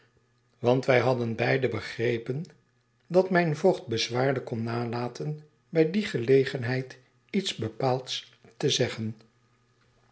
want wij hadden beiden begrepen dat mijn voogd bezwaarlijk kon nalaten bij die gelegenheid iets bepaalds te zeggen